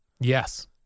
Yes